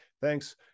Thanks